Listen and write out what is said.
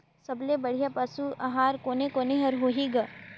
सबले बढ़िया पशु आहार कोने कोने हर होही ग?